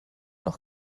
noch